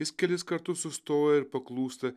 jis kelis kartus sustoja ir paklūsta